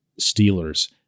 Steelers